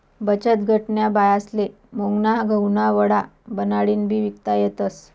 बचतगटन्या बायास्ले मुंगना गहुना वडा बनाडीन बी ईकता येतस